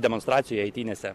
demonstracijoje eitynėse